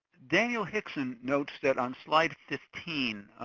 daniel hixen notes that on slide fifteen,